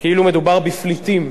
כאילו מדובר בפליטים.